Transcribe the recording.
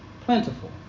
plentiful